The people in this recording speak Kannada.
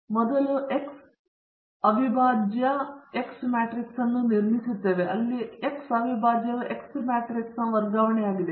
ನಾವು ಮೊದಲು X ಅವಿಭಾಜ್ಯ ಎಕ್ಸ್ ಮ್ಯಾಟ್ರಿಕ್ಸ್ ಅನ್ನು ನಿರ್ಮಿಸುತ್ತೇವೆ ಅಲ್ಲಿ X ಅವಿಭಾಜ್ಯವು X ಮ್ಯಾಟ್ರಿಕ್ಸ್ನ ವರ್ಗಾವಣೆಯಾಗಿದೆ